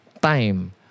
time